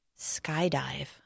skydive